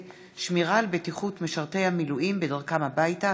פולקמן בנושא: שמירה על בטיחות משרתי המילואים בדרכם הביתה.